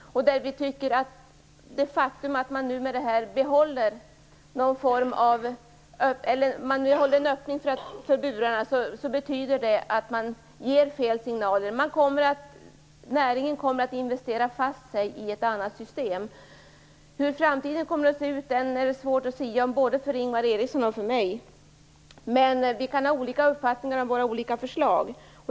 När man nu håller öppet för burarna betyder det att man ger fel signaler. Näringen kommer att investera fast sig i ett annat system. Hur framtiden kommer att se ut är det svårt att sia om, både för Ingvar Eriksson och för mig. Vi kan ha olika uppfattningar om olika förslag.